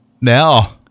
now